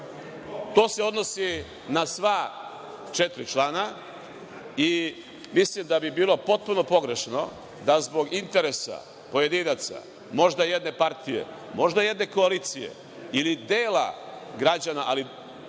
se odnosi na sva četiri člana i mislim da bi bilo potpuno pogrešno da zbog interesa pojedinaca, možda jedne partije, možda jedne koalicije ili dela građana, ali vrlo